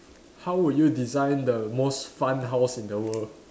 how would you design the most fun house in the world